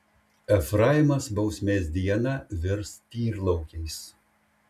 efraimas bausmės dieną virs tyrlaukiais